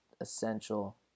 essential